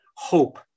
hope